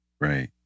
Right